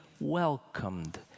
welcomed